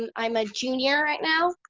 and i'm a junior right now.